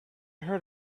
heard